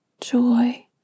joy